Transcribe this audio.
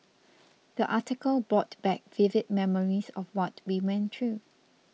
the article brought back vivid memories of what we went through